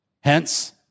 Hence